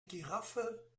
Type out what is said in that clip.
giraffe